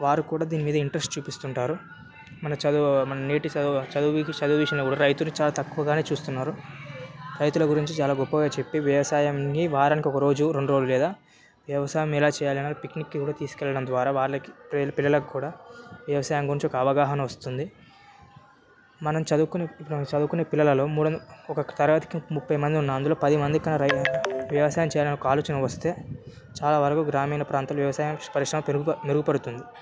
వారు కూడా దీని మీద ఇంట్రెస్ట్ చూపిస్తుంటారు మన చదువు మన నేటి చదువు చదువుకి చదువు విషయంలో కూడా రైతులు చాలా తక్కువగానే చూస్తున్నారు రైతుల గురించి చాలా గొప్పగా చెప్పి వ్యవసాయంని వారానికి ఒకరోజు రెండు రోజులు లేదా వ్యవసాయం ఎలా చేయాలో పిక్నిక్కి కూడా తీసుకువెళ్ళడం ద్వారా వాళ్లకి పిల్ల పిల్లలకు కూడా వ్యవసాయం గురించి ఒక అవగాహన వస్తుంది మనం చదువుకునే చదువుకునే పిల్లలలో మూడో ఒక తరగతికి ముప్పై మంది ఉన్న అందులో పది మందికి వ్యవసాయం చేరాలని ఆలోచన వస్తే చాలా వరకు గ్రామీణ ప్రాంతం వ్యవసాయ పరిశ్రమం మెరుగు మెరుగుపడుతుంది